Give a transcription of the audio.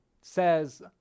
says